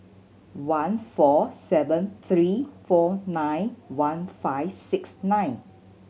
one four seven three four nine one five six nine